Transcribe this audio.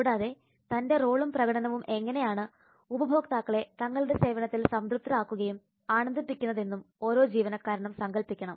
കൂടാതെ തൻറെ റോളും പ്രകടനവും എങ്ങനെയാണ് ഉപഭോക്താക്കളെ തങ്ങളുടെ സേവനത്തിൽ സംതൃപ്തരാക്കുകയും ആനന്ദിപ്പിക്കുന്നതെന്നും ഓരോ ജീവനക്കാരനും സങ്കൽപ്പിക്കണം